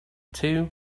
two